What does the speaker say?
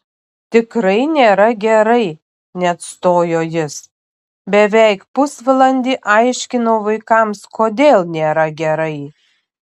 tikrai nėra gerai neatstojo jis beveik pusvalandį aiškinau vaikams kodėl nėra gerai